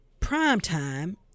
Primetime